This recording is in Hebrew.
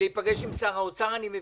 להיפגש עם שר האוצר אני מבין,